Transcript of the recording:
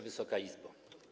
Wysoka Izbo!